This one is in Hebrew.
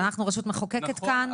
אנחנו רשות מחוקקת כאן.